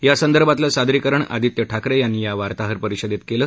यासंदर्भातलं सादरीकरण आदित्य ठाकरे यांनी या वार्ताहर परिषदेत केलं